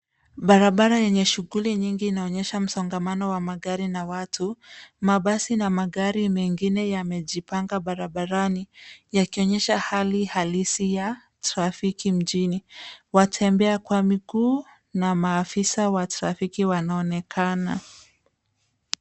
Barabara yenye shughuli nyingi inaonyesha msongamano wa magari na watu. Mabasi na magari mengine yamejipanga barabarani, yakionyesha hali halisi ya trafiki mjini. Watembea kwa miguu na maafisa wa trafiki wanaonekana.